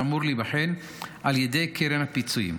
והוא אמור להיבחן על ידי קרן הפיצויים.